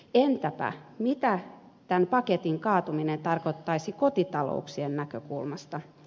entäpä mitä tämän paketin kaatuminen tarkoittaisi kotitalouksien näkökulmasta